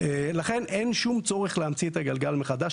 אין שום צורך להמציא את הגלגל מחדש.